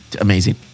Amazing